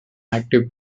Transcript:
active